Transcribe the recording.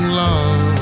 love